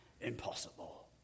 impossible